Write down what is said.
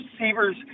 receivers